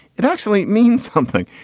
it actually means something.